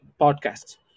Podcasts